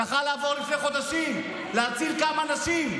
זה יכול היה לעבור לפני חודשים, להציל כמה נשים.